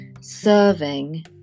serving